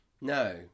No